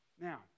Now